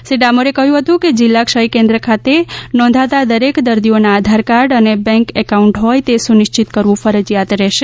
શ્રી ડામોરે કહ્યું હતું કે જિલ્લા ક્ષય કેન્દ્ર ખાતે નોંધાતા દરેક દર્દીઓના આધાર કાર્ડ અને બેંક એકાઉન્ટ હોય તે સુનિશ્ચિત કરવું ફરજિયાત રહેશે